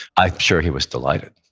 i'm sure he was delighted.